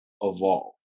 evolve